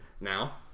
now